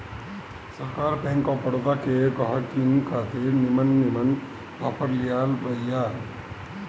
सरकार bank of Baroda के गहकिन खातिर निमन निमन आफर लियाइल बिया